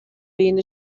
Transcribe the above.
being